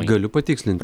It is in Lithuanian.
galiu patikslint